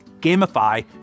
gamify